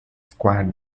squad